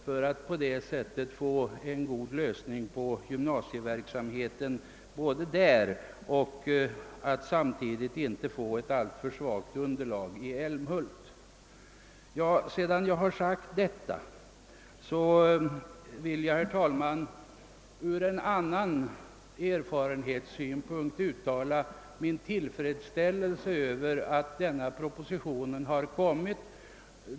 Därmed skulle frågan om gymnasieverksamheten klaras i Osby samtidigt som underlaget i älmhult inte blir för svagt. Sedan jag sagt detta vill jag, herr talman, på grund av andra erfarenheter uttala min tillfredsställelse över att denna proposition framlagts.